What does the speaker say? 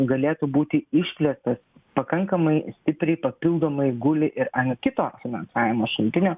galėtų būti išplėstas pakankamai stipriai papildomai guli ir ant kito finansavimo šaltinio